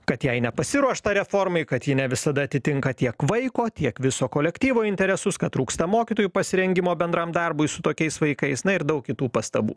kad jai nepasiruošta reformai kad ji ne visada atitinka tiek vaiko tiek viso kolektyvo interesus kad trūksta mokytojų pasirengimo bendram darbui su tokiais vaikais na ir daug kitų pastabų